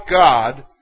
God